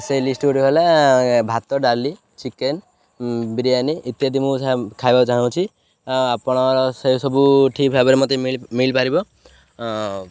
ସେଇ ଲିଷ୍ଟ ଗୁଟେ ହେଲା ଭାତ ଡ଼ାଲି ଚିକେନ୍ ବିରିୟାନି ଇତ୍ୟାଦି ମୁଁ ଖାଇବାକୁ ଚାହୁଁଛି ଆପଣଙ୍କର ସେସବୁ ଠିକ୍ ଭାବରେ ମୋତେ ମଳିପାରିବ